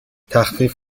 تخفیف